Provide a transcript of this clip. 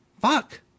fuck